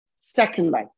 Secondly